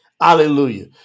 Hallelujah